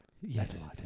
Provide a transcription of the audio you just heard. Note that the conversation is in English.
yes